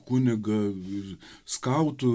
kunigą ir skautų